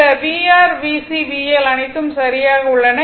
இந்த VR VC VL அனைத்தும் சரியாக உள்ளன